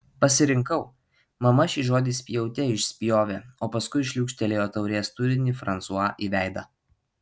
pasirinkau mama šį žodį spjaute išspjovė o paskui šliūkštelėjo taurės turinį fransua į veidą